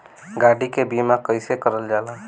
गाड़ी के बीमा कईसे करल जाला?